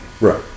right